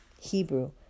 Hebrew